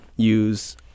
use